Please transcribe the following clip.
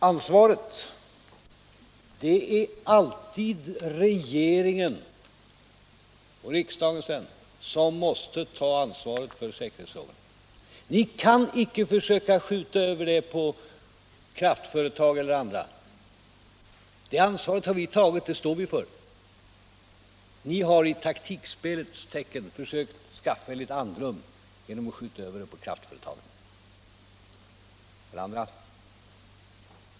Herr talman! Det är alltid regeringen, och sedan riksdagen, som måste ta ansvaret för säkerhetsfrågorna. Ni kan icke skjuta över det på kraftföretag eller andra. Det ansvaret har vi tagit, och det står vi för. Ni har i taktikspelets tecken försökt skaffa er andrum genom att skjuta 79 över det på kraftföretagen.